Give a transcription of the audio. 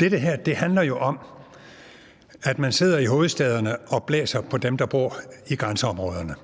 Det her handler jo om, at man sidder i hovedstæderne og blæser på dem, der bor i grænseområderne,